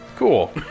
cool